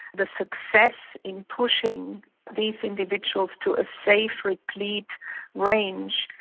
the success in pushing these individuals to a safe replete range,